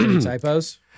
typos